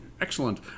excellent